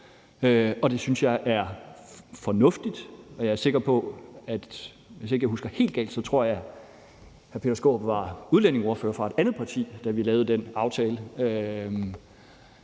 det synes jeg er fornuftigt, og hvis jeg ikke husker helt galt, tror jeg, hr. Peter Skaarup var udlændingeordfører for et andet parti, da vi lavede den aftale.